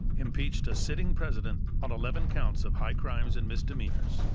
impeached a sitting president on eleven counts of high crimes and misdemeanors.